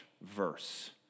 verse